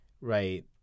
right